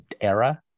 era